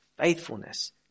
faithfulness